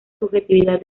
subjetividad